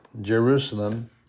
Jerusalem